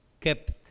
kept